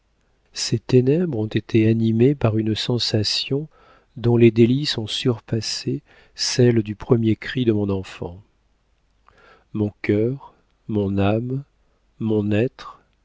ces ténèbres ont été animées par une sensation dont les délices ont surpassé celles du premier cri de mon enfant mon cœur mon âme mon être